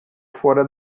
fora